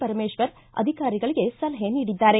ಪರಮೇಶ್ವರ ಅಧಿಕಾರಿಗಳಿಗೆ ಸಲಹೆ ನೀಡಿದ್ದಾರೆ